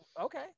Okay